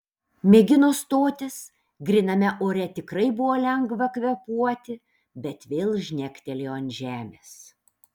mėgino stotis gryname ore tikrai buvo lengva kvėpuoti bet vėl žnektelėjo ant žemės